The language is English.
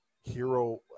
hero